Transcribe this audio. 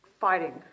fighting